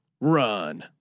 run